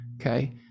Okay